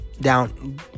down